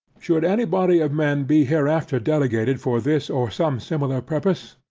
should any body of men be hereafter delegated for this or some similar purpose,